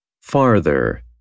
Farther